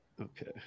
Okay